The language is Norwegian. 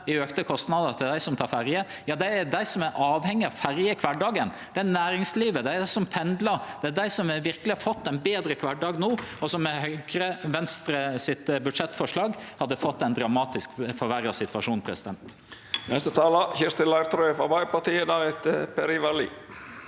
i auka kostnader til dei som tek ferje, det er dei som er avhengige av ferje i kvardagen, det er næringslivet, det er dei som pendlar, det er dei som verkeleg har fått ein betre kvardag no, og som med Høgre og Venstre sine budsjettforslag hadde fått ein dramatisk forverra situasjon. Kirsti